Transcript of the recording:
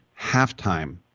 halftime